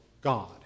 God